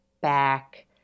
back